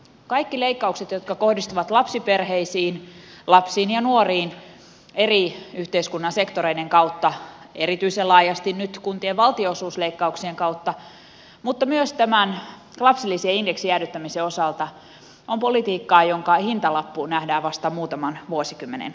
kaikki leikkaukset jotka kohdistuvat lapsiperheisiin lapsiin ja nuoriin eri yhteiskunnan sektoreiden kautta erityisen laajasti nyt kuntien valtionosuusleikkauksien kautta mutta myös tämän lapsilisien indeksin jäädyttämisen osalta ovat politiikkaa jonka hintalappu nähdään vasta muutaman vuosikymmenen kuluttua